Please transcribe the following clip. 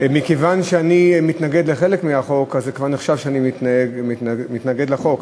מכיוון שאני מתנגד לחלק מהחוק זה כבר נחשב שאני מתנגד לחוק,